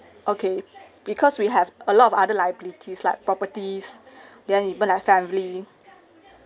okay because we have a lot of other liabilities like properties then even like family